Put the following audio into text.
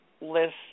list